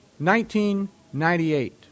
1998